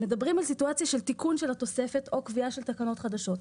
סיטואציה של תיקון של התוספת או קביעה של תקנות חדשות.